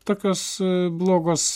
tokios blogos